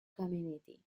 community